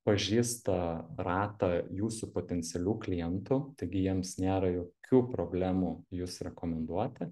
pažįsta ratą jūsų potencialių klientų taigi jiems nėra jokių problemų jus rekomenduoti